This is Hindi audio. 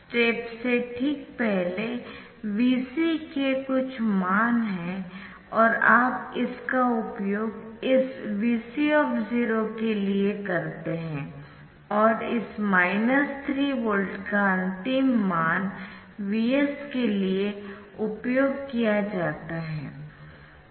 स्टेप से ठीक पहले Vc के कुछ मान है और आप इसका उपयोग इस Vc के लिए करते है और इस माइनस 3 वोल्ट का अंतिम मान Vs के लिए उपयोग किया जाता है